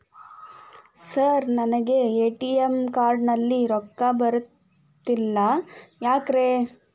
Sir ನನಗೆ ATM card ನಲ್ಲಿ ರೊಕ್ಕ ಬರತಿಲ್ಲ ಯಾಕ್ರೇ?